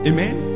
Amen